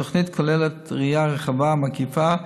התוכנית כוללת ראייה רחבה ומקיפה,